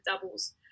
doubles